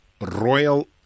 Royal